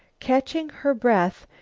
catching her breath,